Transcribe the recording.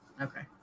Okay